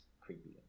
creepy